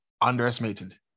underestimated